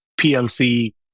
PLC